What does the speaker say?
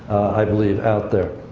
i believe, out there.